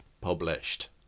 published